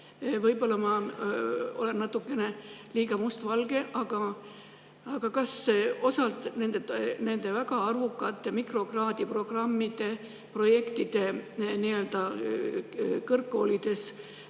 Võib-olla ma olen natukene liiga mustvalge, aga kas need väga arvukad mikrokraadiprogrammid ja projektid kõrgkoolides